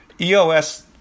EOS